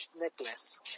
necklace